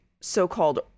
so-called